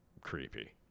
creepy